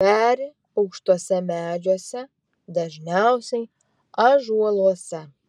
peri aukštuose medžiuose dažniausiai ąžuoluose